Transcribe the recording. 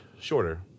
shorter